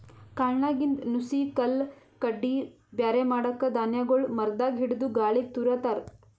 ಕಾಳ್ನಾಗಿಂದ್ ನುಸಿ ಕಲ್ಲ್ ಕಡ್ಡಿ ಬ್ಯಾರೆ ಮಾಡಕ್ಕ್ ಧಾನ್ಯಗೊಳ್ ಮರದಾಗ್ ಹಿಡದು ಗಾಳಿಗ್ ತೂರ ತಾರ್